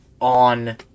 on